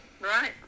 Right